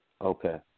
Okay